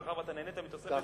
מאחר שנהנית מתוספת זמן.